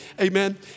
Amen